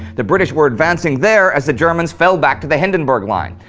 the british were advancing there as the germans fell back to the hindenburg line.